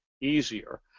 easier